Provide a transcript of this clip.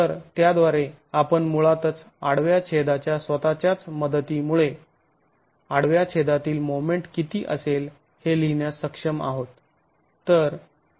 तर त्याद्वारे आपण मुळातच आडव्या छेदाच्या स्वतःच्याच मदतीमुळे आडव्या छेदातील मोमेंट किती असेल हे लिहिण्यास सक्षम आहोत